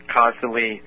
constantly